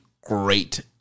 great